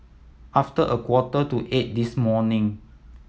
after a quarter to eight this morning